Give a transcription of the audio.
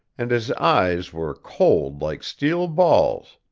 and his eyes were cold like steel balls.